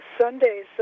Sundays